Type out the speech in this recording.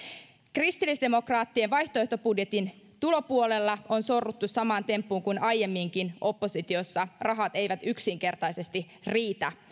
kristillisdemokraattien vaihtoehtobudjetin tulopuolella on sorruttu samaan temppuun kuin aiemminkin oppositiossa rahat eivät yksinkertaisesti riitä